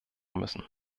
müssen